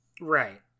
Right